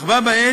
אך בה בעת,